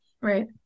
Right